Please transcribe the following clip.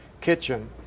kitchen